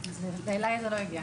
אליי זה לא הגיע.